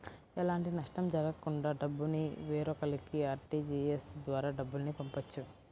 ఎలాంటి నష్టం జరగకుండా డబ్బుని వేరొకల్లకి ఆర్టీజీయస్ ద్వారా డబ్బుల్ని పంపొచ్చు